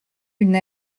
une